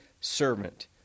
servant